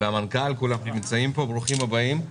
ועם המנכ"ל שנמצאים פה, ברוכים הבאים.